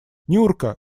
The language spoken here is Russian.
нюрка